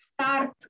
start